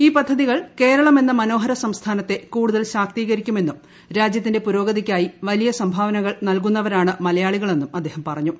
ഈ പദ്ധതികൾ കേരളമെക്ക് ്മനോഹര സംസ്ഥാനത്തെ കൂടുതൽ ശാക്തീകരിക്കുമെന്നും പ്രൊജ്യത്തിന്റെ പുരോഗതിക്കായി വലിയ സംഭാവനകൾ നൽകുന്നവീരാണ് മലയാളികളെന്നും അദ്ദേഹം പറഞ്ഞു